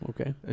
Okay